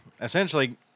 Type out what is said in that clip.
Essentially